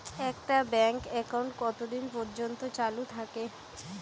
একটা bank account কতদিন পর্যন্ত চালু থাকে?